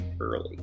early